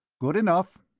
good enough.